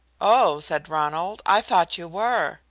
oh, said ronald, i thought you were.